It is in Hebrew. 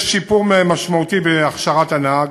יש שיפור משמעותי בהכשרת הנהג,